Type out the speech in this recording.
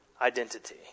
identity